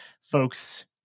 folks